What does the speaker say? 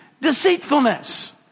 deceitfulness